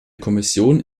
kommission